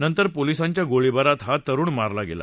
नंतर पोलिसांच्या गोळीबारात हा तरुण मारला गेला